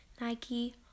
Nike